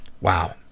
Wow